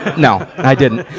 no, and i didn't.